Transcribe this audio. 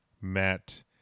Matt